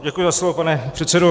Děkuji za slovo, pane předsedo.